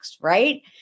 right